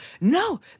No